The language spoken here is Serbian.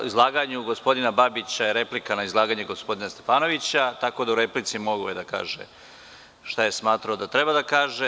Izlaganje gospodina Babića je replika na izlaganje gospodina Stefanovića, tako da je u replici mogao da kaže šta je smatrao da treba da kaže.